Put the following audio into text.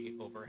over